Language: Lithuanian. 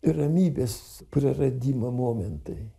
ir ramybės praradimo momentai